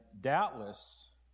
doubtless